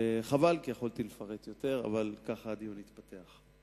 חבל, כי יכולתי לפרט יותר, אבל ככה הדיון התפתח.